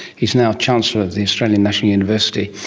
he is now chancellor at the australian national university.